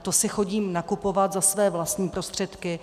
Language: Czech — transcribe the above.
To si chodím nakupovat za své vlastní prostředky.